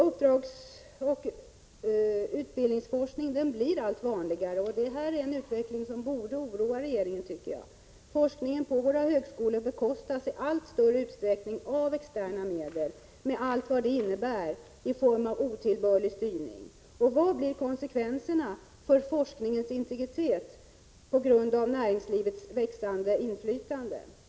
Uppdragsoch utbildningsforskning blir allt vanligare, och detta är en utveckling som borde oroa regeringen. 15 Forskningen på våra högskolor bekostas i allt större utsträckning av externa medel med allt vad det innebär i form av otillbörlig styrning. Vad blir konsekvensen för forskningens integritet av näringslivets växande inflytande?